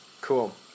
Cool